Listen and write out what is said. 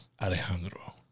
Alejandro